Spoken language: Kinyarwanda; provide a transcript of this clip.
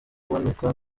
kuboneka